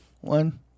one